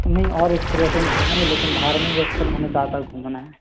नहीं और एक पर्यटन घूमेंगे लेकिन धार्मिक स्थल हमें ज़्यादा घूमना है